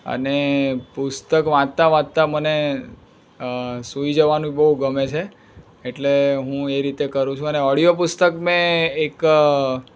અને પુસ્તક વાંચતા વાંચતા મને સુઇ જવાનું બહુ ગમે છે એટલે હું એ રીતે કરું છું અને ઓડિયો પુસ્તક મેં એક